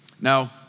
Now